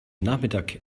nachmittag